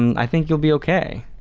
i think you'll be okay.